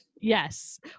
Yes